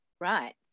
right